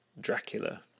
Dracula